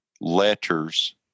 letters